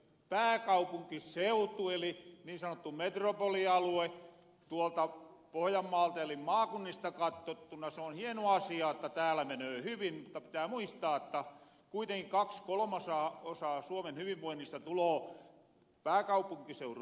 pääkaupunkiseutu eli niin sanottu metropolialue tuolta pohojanmaalta eli maakunnista kattottuna se on hieno asia että täällä menöö hyvin mutta pitää muistaa jotta kuitenkin kaksi kolmasosaa suomen hyvinvoinnista tuloo pääkaupunkiseurun ulukopuolelta